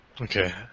Okay